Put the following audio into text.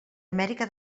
amèrica